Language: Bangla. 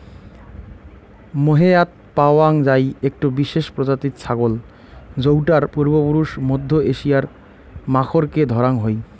মোহেয়াৎ পাওয়াং যাই একটো বিশেষ প্রজাতির ছাগল যৌটার পূর্বপুরুষ মধ্য এশিয়ার মাখরকে ধরাং হই